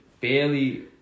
barely